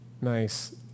nice